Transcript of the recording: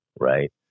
right